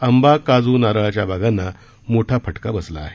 आंबा काजू नारळाच्या बागांना मोठा फटका बसला आहे